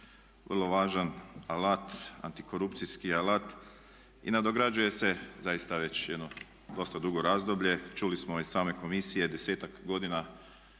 vrlo važan alat, antikorupcijski alat i nadograđuje se zaista već jedno dosta dugo razdoblje. Čuli smo i od same komisije desetak godina